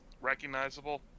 recognizable